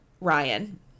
Ryan